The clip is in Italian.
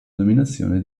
denominazione